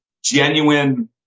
genuine